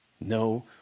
No